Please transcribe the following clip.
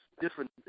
different